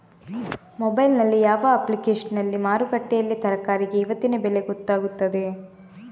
Mobile ನಲ್ಲಿ ಯಾವ ಅಪ್ಲಿಕೇಶನ್ನಲ್ಲಿ ಮಾರುಕಟ್ಟೆಯಲ್ಲಿ ತರಕಾರಿಗೆ ಇವತ್ತಿನ ಬೆಲೆ ಗೊತ್ತಾಗುತ್ತದೆ?